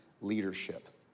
leadership